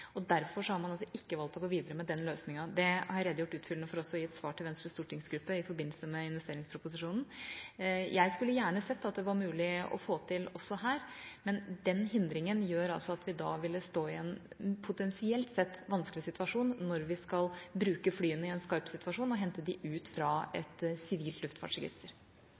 og derfor har man valgt ikke å gå videre med den løsninga. Det har jeg utfyllende redegjort for i et svar til Venstres stortingsgruppe i forbindelse med investeringsproposisjonen. Jeg skulle gjerne sett at det var mulig å få til også her, men den hindringa gjør at vi ville stå i en, potensielt sett, vanskelig situasjon når vi skulle bruke flyene i en skarp situasjon og hente dem ut fra et sivilt luftfartsregister.